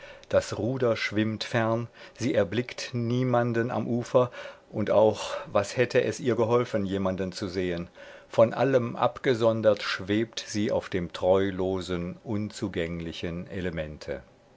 das ruder schwimmt fern sie erblickt niemanden am ufer und auch was hätte es ihr geholfen jemanden zu sehen von allem abgesondert schwebt sie auf dem treulosen unzugänglichen elemente